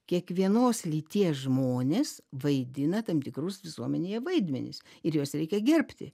kiekvienos lyties žmonės vaidina tam tikrus visuomenėje vaidmenis ir juos reikia gerbti